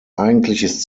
eigentliches